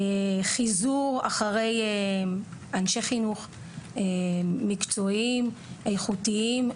והחיזור אחר אנשי חינוך מקצועיים, איכותיים,